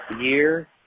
year